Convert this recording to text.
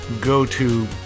go-to